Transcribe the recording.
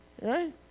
Right